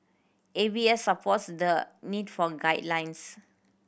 A B S supports the need for guidelines